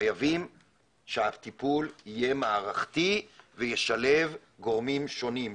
חייבים שהטיפול יהיה מערכתי וישלב גורמים שונים,